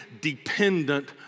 dependent